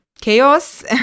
chaos